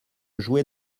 jouer